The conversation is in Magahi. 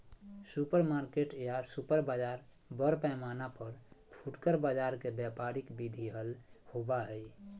सुपरमार्केट या सुपर बाजार बड़ पैमाना पर फुटकर बाजार के व्यापारिक विधि हल होबा हई